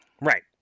Right